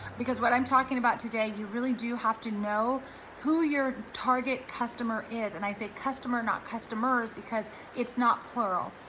because what i'm talking about today, you really do have to know who your target customer is. and i say, customer, not customers because it's not plural.